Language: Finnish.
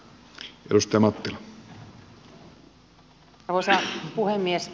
arvoisa puhemies